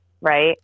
Right